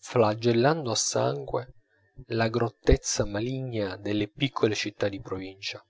flagellando a sangue la grettezza maligna delle piccole città di provincia